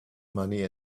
money